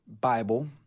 Bible